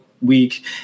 week